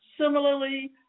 Similarly